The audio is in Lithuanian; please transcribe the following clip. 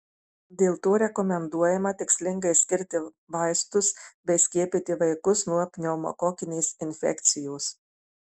dėl to rekomenduojama tikslingai skirti vaistus bei skiepyti vaikus nuo pneumokokinės infekcijos